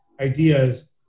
ideas